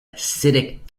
acidic